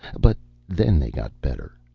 but then they got better,